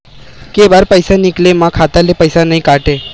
के बार पईसा निकले मा खाता ले पईसा नई काटे?